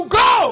go